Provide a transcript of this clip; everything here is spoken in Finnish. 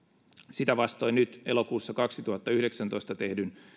sitä vastoin nyt elokuussa kaksituhattayhdeksäntoista tehdyn